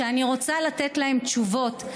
ואני רוצה לתת להן תשובות.